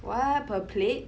!wah! per plate